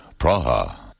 Praha